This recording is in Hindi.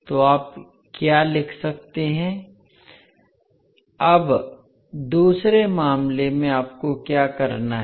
तो आप क्या लिख सकते हैं अब दूसरे मामले में आपको क्या करना है